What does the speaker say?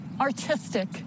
artistic